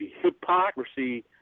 hypocrisy